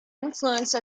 influence